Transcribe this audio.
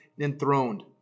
enthroned